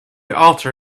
alter